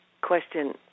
question